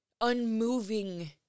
unmoving